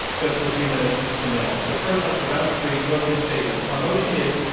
just a few minutes from now. but first on to round three, closing statements. our motion is,